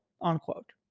unquote